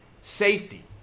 Safety